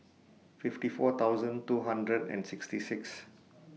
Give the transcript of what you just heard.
fifty four thousand two hundred and sixty six